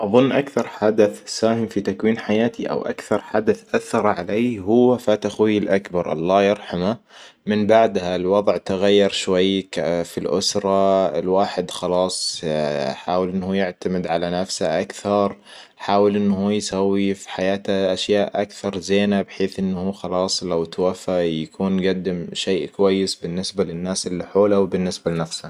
اظن أكثر حدث ساهم في تكوين حياتي او أكثر حدث اثر علي هو وفاة اخوي الأكبر الله يرحمه من بعدها الوضع تغير شوي في الأسرة الواحد خلاص حاول ان هو يعتمد على نفسه اكثر حاول إنه هو يسويه في حياته أكثر زينة بحيث إنه هو خلاص لو إتوفى يكون قدم شيء كويس بالنسبة للناس اللي حوله وبالنسبة لنفسه